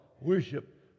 worship